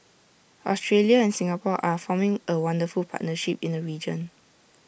Australia and Singapore are forming A wonderful partnership in the region